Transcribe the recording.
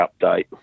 update